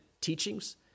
teachings